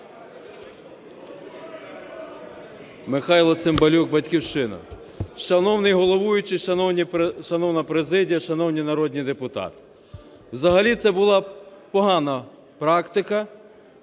Михайло Цимбалюк, "Батьківщина". Шановний головуючий, шановна президія, шановні народні депутати! Взагалі це була погана практика